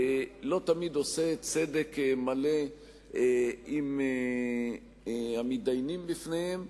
לא תמיד עושים צדק מלא עם המתדיינים בפניהם.